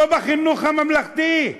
לא בחינוך הממלכתי.